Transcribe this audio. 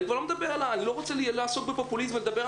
אני לא רוצה לעסוק בפופוליזם ולדבר על